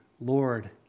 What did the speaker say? Lord